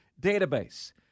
database